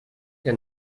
que